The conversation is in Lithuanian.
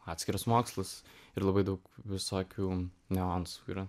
atskiras mokslas ir labai daug visokių niuansų yra